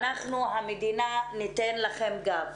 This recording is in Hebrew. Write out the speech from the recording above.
אנחנו המדינה ניתן לכם גב.